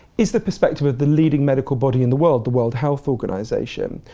is the perspective of the leading medical body in the world, the world health organisation.